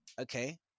okay